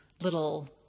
little